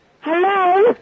Hello